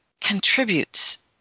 contributes